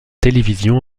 télévision